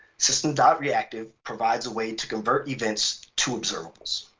system and reactive provides a way to convert events to observables.